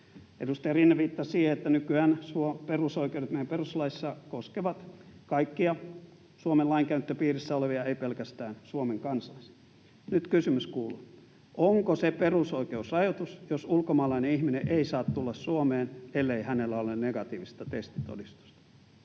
Edustaja Rinne viittasi siihen, että nykyään perusoikeudet meidän perustuslaissamme koskevat kaikkia Suomen lainkäyttöpiirissä olevia, eivät pelkästään Suomen kansalaisia. Nyt kysymys kuuluu: Onko se perusoikeusrajoitus, jos ulkomaalainen ihminen ei saa tulla Suomeen, ellei hänellä ole negatiivista testitodistusta?